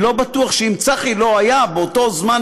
אני לא בטוח שאם צחי לא היה באותו הזמן